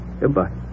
Goodbye